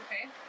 Okay